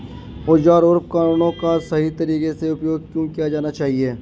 औजारों और उपकरणों का सही तरीके से उपयोग क्यों किया जाना चाहिए?